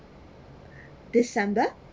december